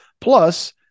plus